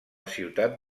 ciutat